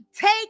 take